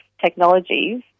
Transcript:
technologies